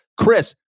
Chris